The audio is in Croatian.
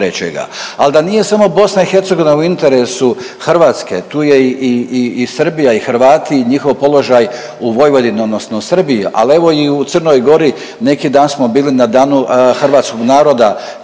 Ali da nije samo BiH u interesu Hrvatske, tu je i Srbija i Hrvati i njihov položaj u Vojvodini odnosno Srbiji, ali evo i u Crnoj Gori. Neki dan smo bili na danu hrvatskog naroda.